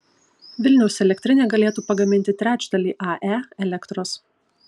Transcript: vilniaus elektrinė galėtų pagaminti trečdalį ae elektros